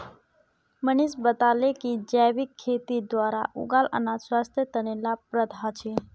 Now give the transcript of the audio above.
मनीष बताले कि जैविक खेतीर द्वारा उगाल अनाज स्वास्थ्य तने लाभप्रद ह छे